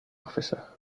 officer